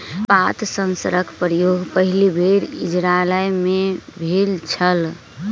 पात सेंसरक प्रयोग पहिल बेर इजरायल मे भेल छल